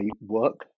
work